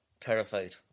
Terrified